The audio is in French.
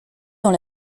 dans